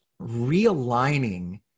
realigning